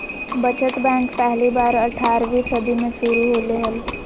बचत बैंक पहली बार अट्ठारहवीं सदी में शुरू होले हल